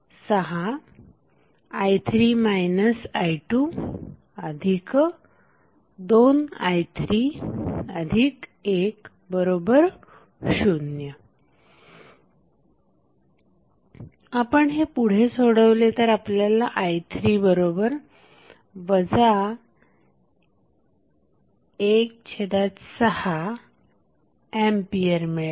6i3 i22i310 आपण हे पुढे सोडवले तर आपल्याला i3 16 A मिळेल